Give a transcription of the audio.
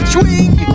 Swing